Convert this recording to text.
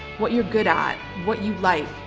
what you're good at, what you like,